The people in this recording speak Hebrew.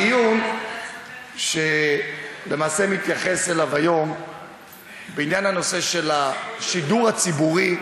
הדיון בעניין השידור הציבורי,